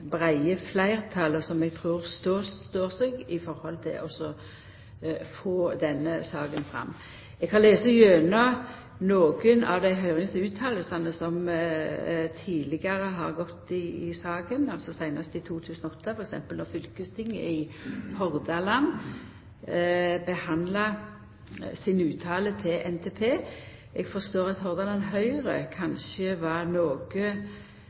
breie fleirtalet som eg trur står seg for å få denne saka fram. Eg har lese gjennom nokre av dei høyringsuttalene som tidlegare har vore i saka, seinast i 2008, f.eks. då fylkestinget i Hordaland behandla si uttale til NTP. Eg forstår at Hordaland Høgre kanskje var noko